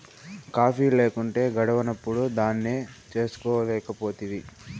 coffee లేకుంటే గడవనప్పుడు దాన్నే చేసుకోలేకపోతివి